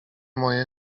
moje